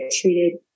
treated